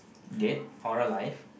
dead or alive